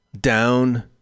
down